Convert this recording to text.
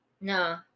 No